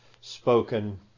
spoken